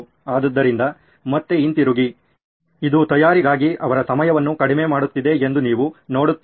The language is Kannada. ಆದ್ದರಿಂದ ಮತ್ತೆ ಹಿಂತಿರುಗಿ ಇದು ತಯಾರಿಗಾಗಿ ಅವರ ಸಮಯವನ್ನು ಕಡಿಮೆ ಮಾಡುತ್ತಿದೆ ಎಂದು ನೀವು ನೋಡುತ್ತೀರಾ